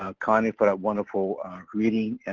um connie, for that wonderful greeting and